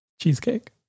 cheesecake